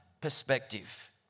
perspective